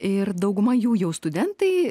ir dauguma jų jau studentai